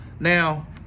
Now